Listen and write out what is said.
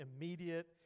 immediate